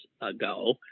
ago